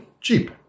Cheap